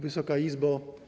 Wysoka Izbo!